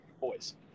boys